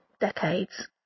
decades